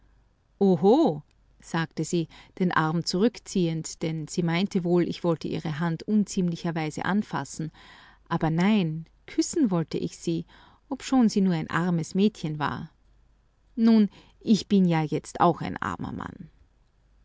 sagte sie den arm zurückziehend denn sie meinte wohl ich wollte ihre hand unziemlicherweise anfassen aber nein küssen wollte ich sie obschon sie nur ein armes mädchen war nun ich bin ja jetzt auch ein armer mann